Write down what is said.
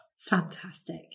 Fantastic